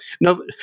no